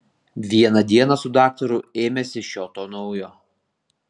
vieną dieną su daktaru ėmėsi šio to naujo